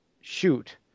shoot